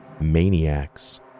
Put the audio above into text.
maniacs